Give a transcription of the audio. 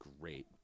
great